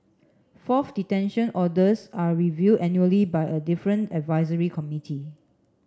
fourth detention orders are reviewed annually by a different advisory committee